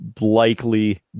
likely